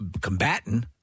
combatant